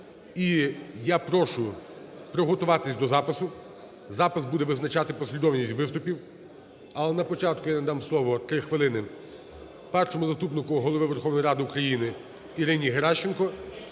я прошу приготуватись до запису, запис буде визначати послідовність виступів. Але на початку я надам слово, 3 хвилини, Першому заступнику Голови Верховної Ради України Ірині Геращенко.